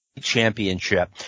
championship